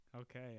Okay